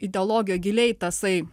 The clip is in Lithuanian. ideologija giliai tasai